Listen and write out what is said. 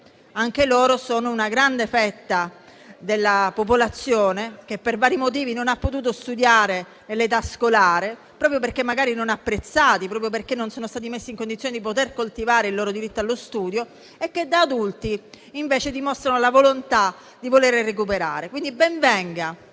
che sono una grande fetta della popolazione, i quali, per vari motivi, non hanno potuto studiare nell'età scolare, magari perché non apprezzati o perché non sono stati messi in condizione di poter coltivare il loro diritto allo studio e che da adulti invece dimostrano la volontà di voler recuperare. Quindi ben venga,